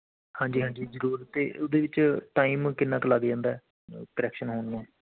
ਹਾਂਜੀ ਹਾਂਜੀ ਜ਼ਰੂਰ ਅਤੇ ਉਹ ਦੇ ਵਿੱਚ ਟਾਈਮ ਕਿੰਨਾ ਕੁ ਲੱਗ ਜਾਂਦਾ ਹੈ ਕੁਰੈਕਸ਼ਨ ਹੋਣ ਨੂੰ